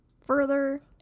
Further